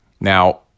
Now